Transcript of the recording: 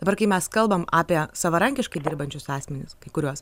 dabar kai mes kalbam apie savarankiškai dirbančius asmenis kai kuriuos